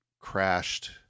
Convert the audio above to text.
crashed